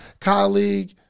colleague